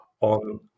on